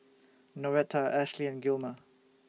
Noretta Ashli and Gilmer